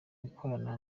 gukorana